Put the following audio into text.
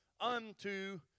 unto